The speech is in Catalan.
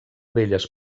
belles